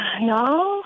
no